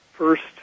first